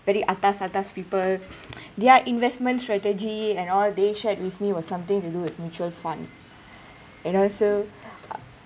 very atas atas people their investment strategy and all they shared with me was something to do with mutual fund and also